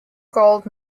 gold